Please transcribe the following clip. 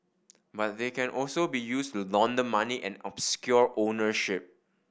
but they can also be used to launder money and obscure ownership